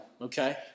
Okay